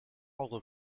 ordre